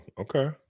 Okay